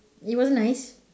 it was nice